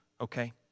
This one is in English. okay